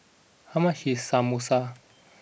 how much is Samosa